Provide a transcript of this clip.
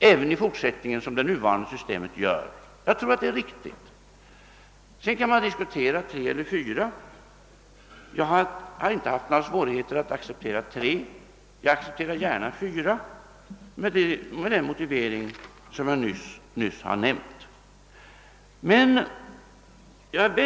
Sedan kan man diskutera huruvida spärren skall ligga vid 3 eller 4 procent. Jag har inte haft några svårigheter att acceptera 3 procent, och med den motivering jag nyss nämnt accepterar jag även gärna 4 procent.